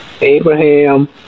Abraham